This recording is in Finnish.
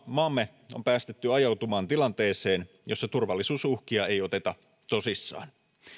maamme on päästetty ajautumaan tilanteeseen jossa turvallisuusuhkia ei oteta tosissaan